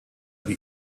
wie